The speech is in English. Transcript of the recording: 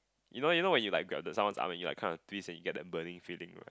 you know even when like you grab the someone's arm you like kind of twist you get that burning feeling